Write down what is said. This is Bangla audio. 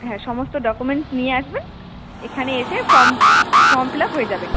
হ্যাঁ সমস্ত ডকুমেন্টস নিয়ে আসবেন এখানে এসে ফর্ম ফিল আপ হয়ে যাবে